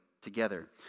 together